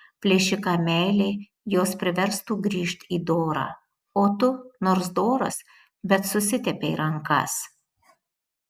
plėšiką meilė jos priverstų grįžt į dorą o tu nors doras bet susitepei rankas